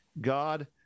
God